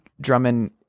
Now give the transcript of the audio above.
Drummond